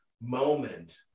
moment